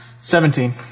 Seventeen